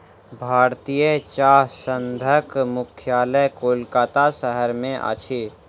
भारतीय चाह संघक मुख्यालय कोलकाता शहर में अछि